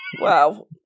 Wow